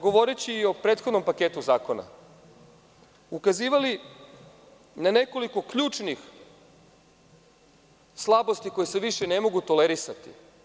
Govoreći o prethodnom paketu zakona mi smo ukazivali na nekoliko ključnih slabosti koje se više ne mogu tolerisati.